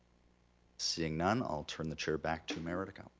seeing none, i'll turn the chair back to mayor redekop.